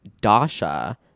dasha